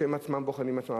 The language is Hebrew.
שהם עצמם בוחנים עצמם,